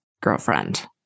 girlfriend